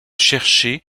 chercher